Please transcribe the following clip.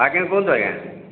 ଆଜ୍ଞା କୁହନ୍ତୁ ଆଜ୍ଞା